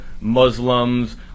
Muslims